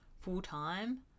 full-time